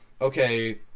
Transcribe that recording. okay